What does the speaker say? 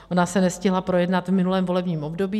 Ona se nestihla projednat v minulém volebním období.